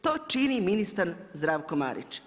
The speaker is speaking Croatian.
To čini ministar Zdravko Marić.